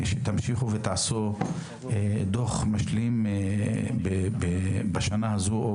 שתמשיכו ותעשו דוח משלים בשנה הזו או